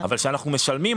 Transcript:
אבל כשאנחנו משלמים,